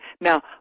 Now